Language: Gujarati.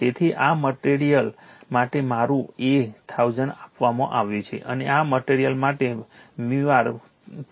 તેથી આ મટેરીઅલ માટે અમારું A 1000 આપવામાં આવ્યું છે અને આ મટેરીઅલ માટે µr 1200 છે